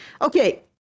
Okay